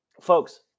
Folks